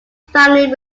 family